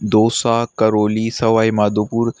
Dausa Karauli Sawai Madhopur